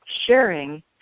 sharing